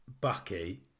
Bucky